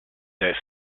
death